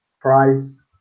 price